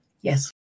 Yes